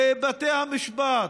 בבתי המשפט,